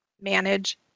manage